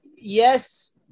yes